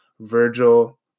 virgil